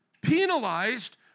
penalized